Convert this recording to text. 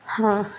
हाँ